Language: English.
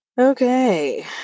Okay